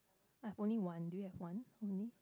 I've only one do you have one only